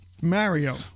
Mario